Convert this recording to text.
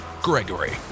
Gregory